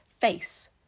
face